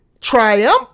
triumph